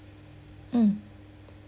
mm